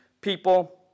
people